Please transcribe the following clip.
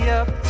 up